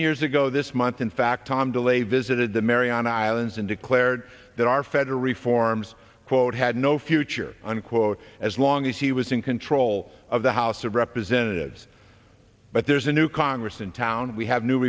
years ago this month in fact tom de lay visited the maryon islands and declared that our federal reforms quote had no future unquote as long as he was in control of the house of representatives but there's a new congress in town and we have new